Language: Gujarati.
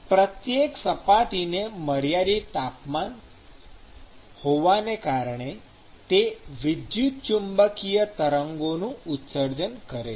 પ્રત્યેક સપાટીને મર્યાદિત તાપમાન હોવાને કારણે તે વિદ્યુત ચુંબકીય તરંગો નું ઉત્સર્જન કરે છે